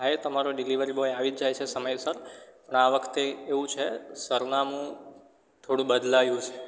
હા એ તમારો ડિલિવરી બોય આવી જ જાય છે સમયસર પણ આ વખતે એવું છે સરનામું થોડું બદલાયું છે